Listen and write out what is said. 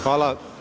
Hvala.